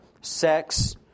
sex